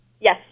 Yes